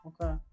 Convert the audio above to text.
okay